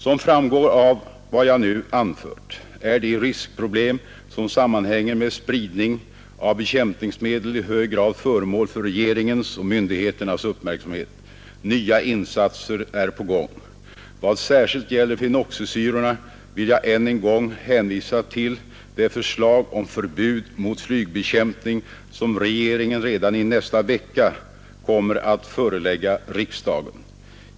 Som framgår av vad jag nu anfört är de riskproblem som sammanhänger med spridning av bekämpningsmedel i hög grad föremål för regeringens och myndigheternas uppmärksamhet. Nya insatser är på gång. Vad särskilt gäller fenoxisyrorna vill jag än en gång hänvisa till det förslag om förbud mot flygbekämpning som regeringen redan i nästa vecka kommer att förelägga riksdagen.